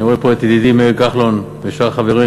אני רואה פה את ידידי מאיר כחלון ושאר חברים.